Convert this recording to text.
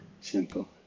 Simple